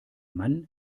mann